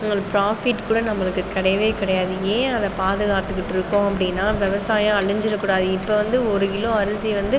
எங்களுக்கு ப்ராஃபிட் கூட நம்மளுக்கு கிடையவே கிடையாது ஏன் அதை பாதுகாத்துக்கிட்டு இருக்கோம் அப்படின்னா விவசாயம் அழிஞ்சுட கூடாது இப்போ வந்து ஒரு கிலோ அரிசி வந்து